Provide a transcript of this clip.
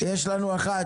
שלושה נגד,